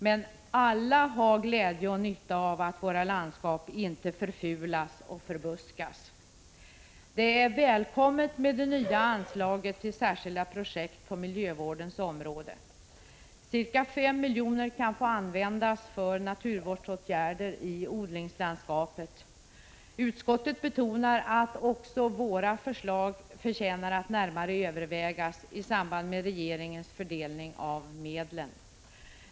Men alla har glädje och nytta av att våra landskap inte förfulas och förbuskas. Det nya anslaget till särskilda projekt på miljövårdens område är välkommet. Ca 5 milj.kr. kan få användas för naturvårdsåtgärder i odlingslandskapet. Utskottet betonar att också våra förslag förtjänar att närmare övervägas i samband med regeringens fördelning av medlen.